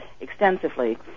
extensively